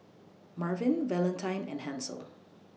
Marvin Valentine and Hansel